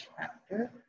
chapter